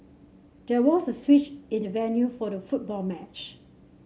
there was a switch in the venue for the football match